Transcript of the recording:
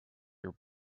your